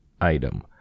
item